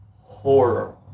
Horror